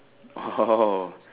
oh